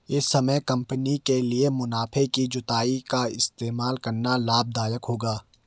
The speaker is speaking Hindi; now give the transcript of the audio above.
इस समय कंपनी के लिए मुनाफे की जुताई का इस्तेमाल करना लाभ दायक होगा